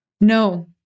no